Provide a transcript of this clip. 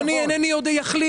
אינני יודע.